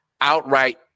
outright